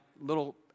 little